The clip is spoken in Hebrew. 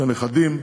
לנכדים,